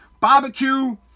barbecue